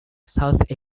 south